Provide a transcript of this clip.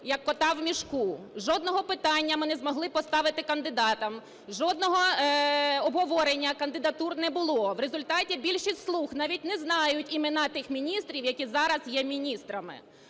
"як кота в мішку". Жодного питання ми не змогли поставити кандидатам, жодного обговорення кандидатур не було. В результаті більшість "слуг" навіть не знають імена тих міністрів, які зараз є міністрами.